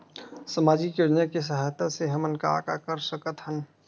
सामजिक योजना के सहायता से हमन का का कर सकत हन?